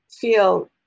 feel